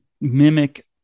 mimic